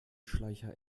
schleicher